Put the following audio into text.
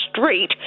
street